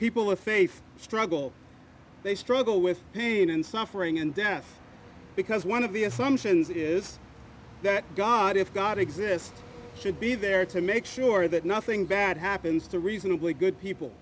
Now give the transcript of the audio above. people of faith struggle they struggle with pain and suffering and death because one of the assumptions is that god if god exist should be there to make sure that nothing bad happens to reasonably good people